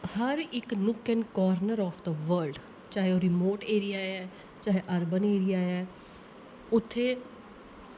हर इक nook and corner of the world चाहे ओह् रिमोट एरिया ऐ चाहे अर्बन एरिया ऐ उत्थे